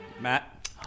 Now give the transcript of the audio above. Matt